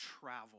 travel